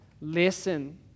listen